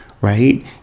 right